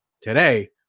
Today